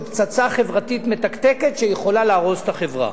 פצצה חברתית מתקתקת שיכולה להרוס את החברה.